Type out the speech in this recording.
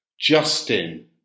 Justin